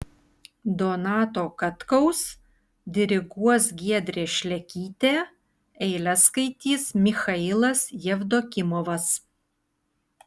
donato katkaus diriguos giedrė šlekytė eiles skaitys michailas jevdokimovas